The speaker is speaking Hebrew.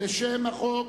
לשם החוק.